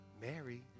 Mary